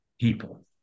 people